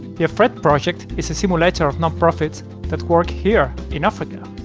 the afraid project is a simulator of non-profits that work here, in africa.